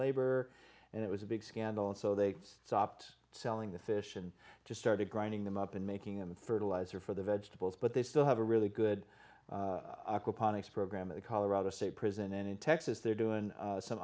labor and it was a big scandal and so they stopped selling the fish and just started grinding them up and making them fertilizer for the vegetables but they still have a really good politics program at the colorado state prison and in texas they're doing some